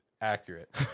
Accurate